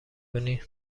کنی